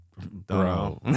Bro